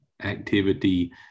activity